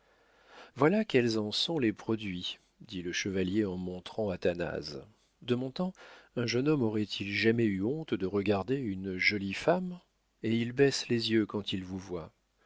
voilà quels en sont les produits dit le chevalier en montrant athanase de mon temps un jeune homme aurait-il jamais eu honte de regarder une jolie femme et il baisse les yeux quand il vous voit